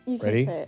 Ready